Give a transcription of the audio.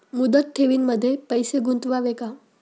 मुदत ठेवींमध्ये पैसे गुंतवावे का?